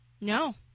No